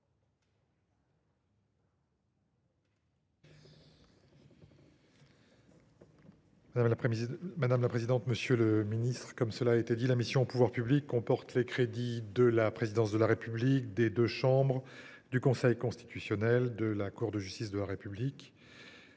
Madame la présidente, monsieur le ministre, mes chers collègues, la mission « Pouvoirs publics » comporte les crédits de la présidence de la République, des deux chambres du Parlement, du Conseil constitutionnel et de la Cour de justice de la République